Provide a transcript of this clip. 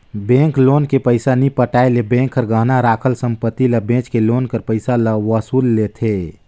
bank loan के पइसा नी पटाए ले बेंक हर गहना राखल संपत्ति ल बेंच के लोन कर पइसा ल वसूल लेथे